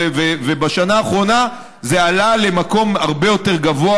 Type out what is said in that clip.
בשנה האחרונה זה עלה למקום הרבה יותר גבוה